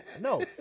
No